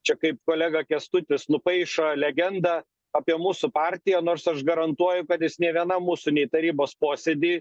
čia kaip kolega kęstutis nupaišo legendą apie mūsų partiją nors aš garantuoju kad jis nei vienam mūsų nei tarybos posėdy